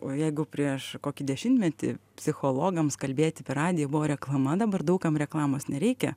o jeigu prieš kokį dešimtmetį psichologams kalbėti per radiją buvo reklama dabar daug kam reklamos nereikia